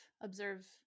Observe